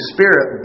Spirit